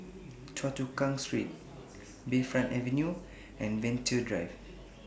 Choa Chu Kang Street Bayfront Avenue and Venture Drive